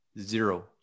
zero